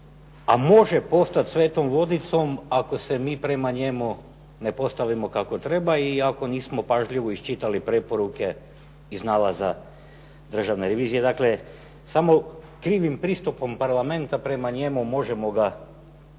a može postat svetom vodicom ako se mi prema njemu ne postavimo kako treba i ako nismo pažljivo iščitali preporuke iz nalaza državne revizije. Dakle, samo krivim pristupom Parlamenta prema njemu možemo ga proglasiti